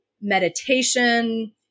Meditation